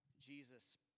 Jesus